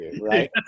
right